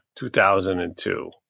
2002